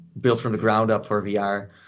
built-from-the-ground-up-for-VR